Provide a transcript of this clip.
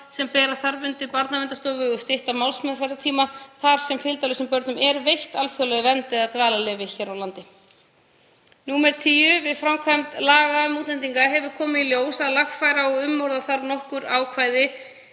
sem bera þarf undir Barnaverndarstofu og stytta málsmeðferðartíma þar sem fylgdarlausum börnum er veitt alþjóðlega vernd eða dvalarleyfi hér á landi. 10. Við framkvæmd laga um útlendinga hefur komið í ljós að lagfæra og umorða þarf nokkur ákvæði